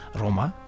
...roma